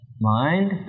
Mind